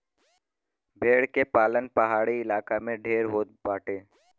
भेड़ के पालन पहाड़ी इलाका में ढेर होत बाटे